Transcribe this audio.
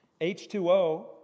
H2O